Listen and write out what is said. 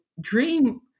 dream